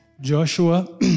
Joshua